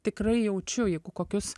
tikrai jaučiu jeigu kokius